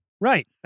Right